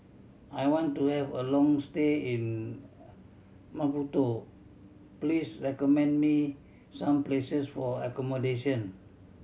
I want to have a long stay in Maputo please recommend me some places for accommodation